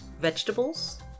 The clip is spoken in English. vegetables